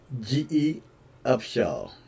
G-E-Upshaw